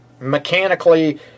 mechanically